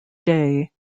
day